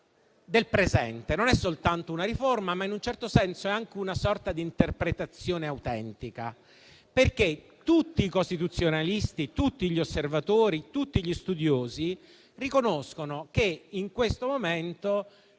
del presente. Non è soltanto una riforma, ma in un certo senso è anche una sorta di interpretazione autentica perché tutti i costituzionalisti, tutti gli osservatori e tutti gli studiosi riconoscono che in questo momento